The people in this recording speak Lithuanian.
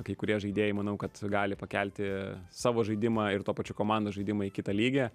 kai kurie žaidėjai manau kad gali pakelti savo žaidimą ir tuo pačiu komandos žaidimą į kitą lygį